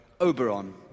Oberon